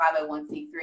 501c3